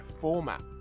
format